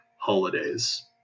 holidays